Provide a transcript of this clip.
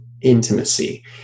intimacy